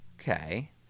Okay